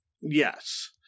Yes